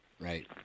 right